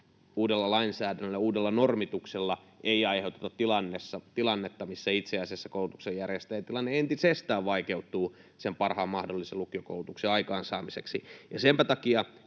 uudella lainsäädännöllä, uudella normituksella, ei aiheuteta tilannetta, missä itse asiassa koulutuksen järjestäjien tilanne entisestään vaikeutuu sen parhaan mahdollisen lukiokoulutuksen aikaansaamiseksi. Senpä takia